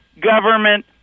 government